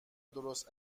درست